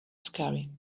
scary